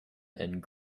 and